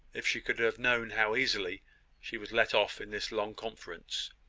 if she could have known how easily she was let off in this long conference.